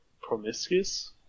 Promiscuous